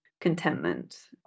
contentment